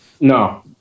no